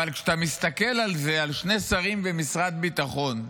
אבל כשאתה מסתכל על זה, על שני שרים במשרד ביטחון,